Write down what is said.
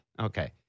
Okay